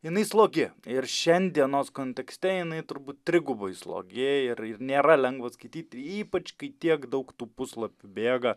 jinai slogi ir šiandienos kontekste jinai turbūt trigubai slogi ir ir nėra lengva skaityt ypač kai tiek daug tų puslapių bėga